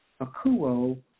Akuo